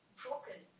broken